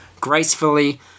gracefully